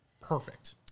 perfect